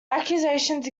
accusations